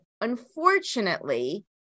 unfortunately